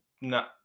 No